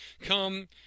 come